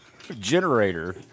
generator